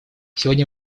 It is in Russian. сегодня